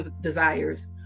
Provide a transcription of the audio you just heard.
desires